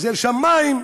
חסרים שם מים,